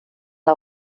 der